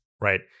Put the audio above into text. right